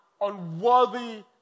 unworthy